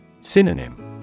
Synonym